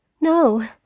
No